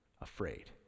afraid